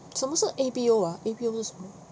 什么是 A_B_O ah A_B_O